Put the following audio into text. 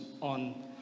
on